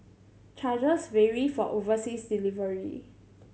charges vary for overseas delivery